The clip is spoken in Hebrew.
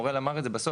אוראל אמר את זה בסוף,